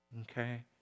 Okay